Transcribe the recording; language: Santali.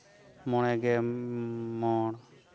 ᱢᱚᱬᱮ ᱜᱮ ᱢᱚᱬ